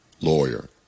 lawyer